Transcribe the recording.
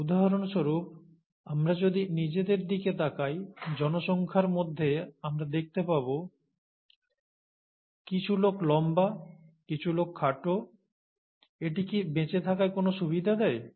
উদাহরণস্বরূপ আমরা যদি নিজেদের দিকে তাকাই জনসংখ্যার মধ্যে আমরা দেখতে পাব কিছু লোক লম্বা কিছু লোক খাটো এটি কী বেঁচে থাকায় কোন সুবিধা দেয়